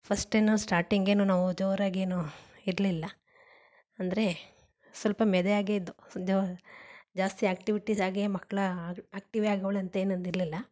ಫಸ್ಟೆನೊ ಸ್ಟಾಟಿಂಗೆನೊ ನಾವೂ ಜೋರಾಗೆನೊ ಇರಲಿಲ್ಲ ಅಂದರೆ ಸ್ವಲ್ಪ ಮೆದೆಯಾಗೇ ಇದ್ವು ಜೋ ಜಾಸ್ತಿ ಆ್ಯಕ್ಟಿವಿಟೀಸ್ ಹಾಗೇ ಮಕ್ಳು ಆ್ಯಕ್ಟಿವ್ ಆಗವಳೆ ಅಂತೇನೂ ಅಂದಿರಲಿಲ್ಲ